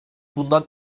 bundan